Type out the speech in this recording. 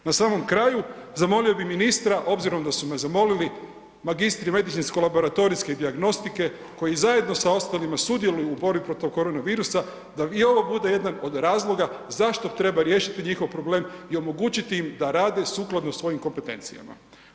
Na samom kraju, zamolio bih ministra obzirom da su me zamolili magistri medicinsko laboratorijske dijagnostike koji zajedno sa ostalima sudjeluju u borbi protiv korona virusa da i ovo bude jedan od razloga zašto treba riješiti njihov problem i omogućiti im da rade sukladno svojim kompetencijama.